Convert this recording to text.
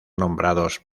nombrados